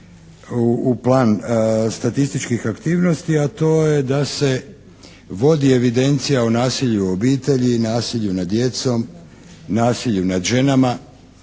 u plan statističkih aktivnosti, a to je da se vodi evidencija o nasilju u obitelji i nasilju nad djecom, nasilju nad ženama,